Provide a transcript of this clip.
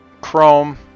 Chrome